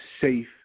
safe